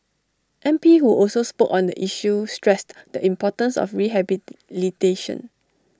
M P who also spoke on the issue stressed the importance of rehabilitation